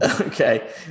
Okay